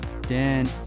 Dan